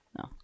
No